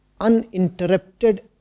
uninterrupted